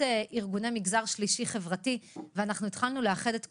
ארגוני מגזר שלישי חברתי והתחלנו לאחד את כולם.